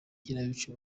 kinamico